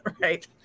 right